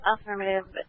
Affirmative